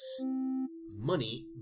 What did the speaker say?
Money